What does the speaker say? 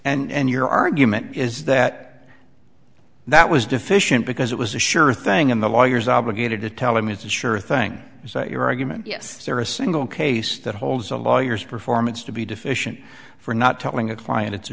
motion and your argument is that that was deficient because it was a sure thing and the lawyers obligated to tell him it's a sure thing so your argument yes there are a single case that holds a lawyer's performance to be deficient for not telling a client it's a